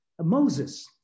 moses